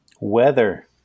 Weather